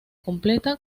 completa